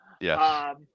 Yes